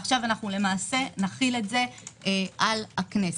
ועכשיו למעשה נחיל זאת על הכנסת.